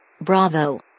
Bravo